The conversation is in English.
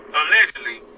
allegedly